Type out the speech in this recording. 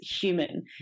human